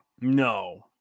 No